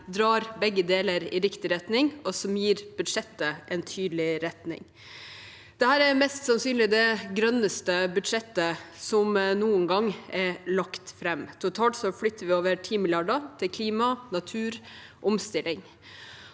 drar begge deler i riktig retning, og som gir budsjettet en tydelig retning. Dette er mest sannsynlig det grønneste budsjettet som noen gang er lagt fram. Totalt flytter vi over 10 mrd. kr til klima, natur og omstilling.